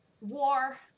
war